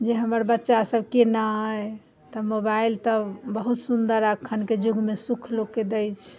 जे हमर बच्चासब कोना अइ तऽ मोबाइल तऽ बहुत सुन्दर एखनके युगमे सुख लोकके दै छै